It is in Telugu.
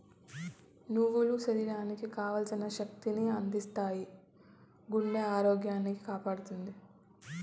నువ్వులు శరీరానికి కావల్సిన శక్తి ని అందిత్తాయి, గుండె ఆరోగ్యాన్ని కాపాడతాయి